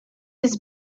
his